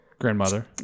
Grandmother